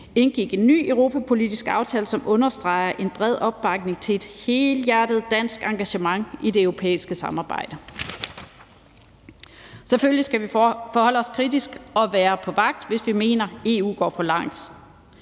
indgik en ny europapolitisk aftale, som understreger en bred opbakning til et helhjertet dansk engagement i det europæiske samarbejde. Selvfølgelig skal vi forholde os kritisk og være på vagt, hvis vi mener, at EU går for langt,